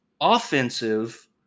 offensive